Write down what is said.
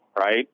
Right